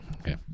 Okay